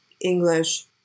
English